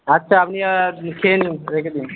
আচ্ছা আপনি খেয়ে নিন রেখে দিন